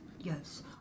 Yes